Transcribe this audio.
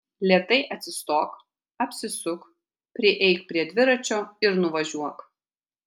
lėtai atsistok apsisuk prieik prie dviračio ir nuvažiuok